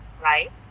right